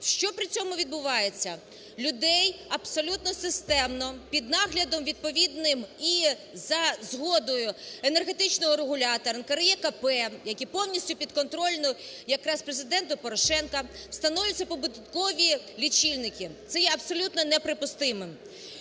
Що при цьому відбувається? Людей абсолютно системно під наглядом відповідним і за згодою енергетичного регулятора НКРЕКП, який повністю підконтрольний якраз Президенту Порошенку встановлює побудинкові лічильники, це є абсолютно неприпустимим.